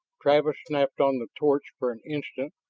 travis snapped on the torch for an instant,